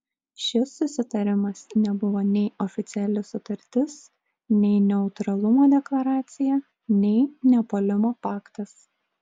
šis susitarimas nebuvo nei oficiali sutartis nei neutralumo deklaracija nei nepuolimo paktas